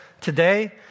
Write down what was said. today